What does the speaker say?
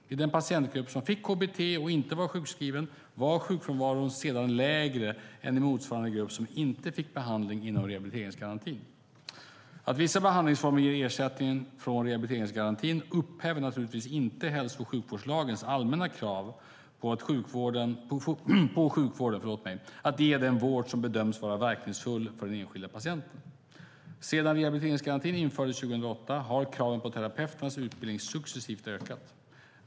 I den patientgrupp som fick KBT och inte var sjukskriven var sjukfrånvaron lägre än i en motsvarande grupp som inte fick behandling inom rehabiliteringsgarantin. Att vissa behandlingsformer ger ersättning från rehabiliteringsgarantin upphäver naturligtvis inte hälso och sjukvårdslagens allmänna krav på sjukvården att ge den vård som bedöms vara verkningsfull för den enskilda patienten. Sedan rehabiliteringsgarantin infördes 2008 har kraven på terapeuternas utbildning successivt ökat.